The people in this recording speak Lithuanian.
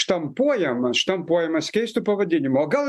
štampuojamas štampuojamas keistu pavadinimu o gal